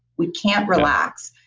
we can't relax.